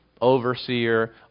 overseer